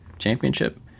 championship